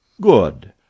Good